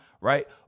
right